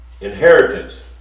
inheritance